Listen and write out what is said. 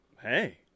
Hey